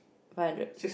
five hundred